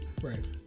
Right